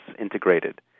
integrated